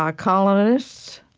um colonists